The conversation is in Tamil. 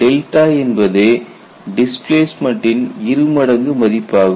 என்பதே என்பது டிஸ்பிளேஸ்மெண்ட்டின் இருமடங்கு மதிப்பாகும்